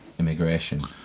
Immigration